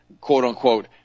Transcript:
quote-unquote